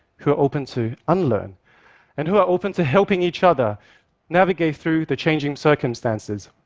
who are open to unlearn and who are open to helping each other navigate through the changing circumstances.